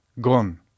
gone